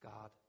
God